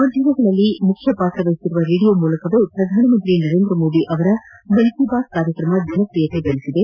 ಮಾಧ್ತಮಗಳಲ್ಲಿ ಮುಖ್ತಿ ಪಾತ್ರವಹಿಸಿರುವ ರೇಡಿಯೋ ಮೂಲಕವೇ ಪ್ರಧಾನ ಮಂತ್ರಿ ನರೇಂದ್ರ ಮೋದಿ ಅವರ ಮನ್ ಕಿ ಬಾತ್ ಕಾರ್ಯಕ್ರಮ ಜನಪ್ರಿಯತೆ ಗಳಿಸಿದೆ